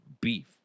beef